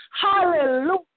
Hallelujah